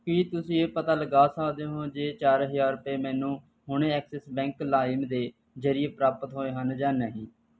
ਕੀ ਤੁਸੀਂਂ ਇਹ ਪਤਾ ਲਗਾ ਸਕਦੇ ਹੋ ਜੇ ਚਾਰ ਹਜ਼ਾਰ ਰੁਪਏ ਮੈਨੂੰ ਹੁਣੇ ਐਕਸਿਸ ਬੈਂਕ ਲਾਇਮ ਦੇ ਜਰੀਏ ਪ੍ਰਾਪਤ ਹੋਏ ਹਨ ਜਾਂ ਨਹੀਂ